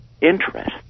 interest